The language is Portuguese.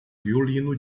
violino